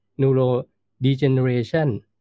neurodegeneration